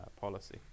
policy